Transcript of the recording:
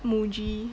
Muji